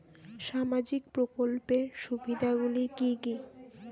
সামাজিক প্রকল্পের সুবিধাগুলি কি কি?